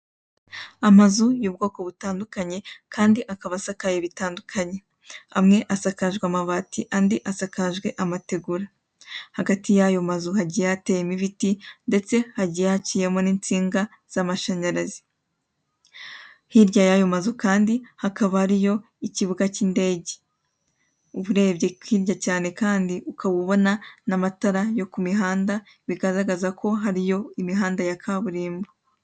Amazu y'ubwoko butandukanye kandi akaba asakaye bitandukanye. Amwe asakajwe amabati andi asakajwe amategura. Hagati y'ayo mazu hagiye hateyemo ibiti ndetse hagiye haciyemo n'insinga z'amashanyarazi. Hirya y'ayo mazu kandi hakaba hariyo ikibuga cy'indege. Urebye hirya cyane kandi ukaba ubona n'amatara yo ku mihanda bigaragaza ko hariyo imihanda ya kaburimbo.